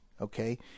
okay